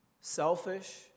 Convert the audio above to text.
selfish